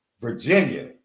Virginia